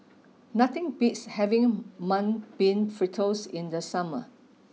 nothing beats having Mung Bean Fritters in the summer